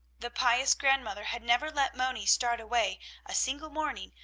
the pious grandmother had never let moni start away a single morning,